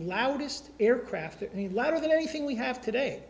loudest aircraft and a lot of the anything we have today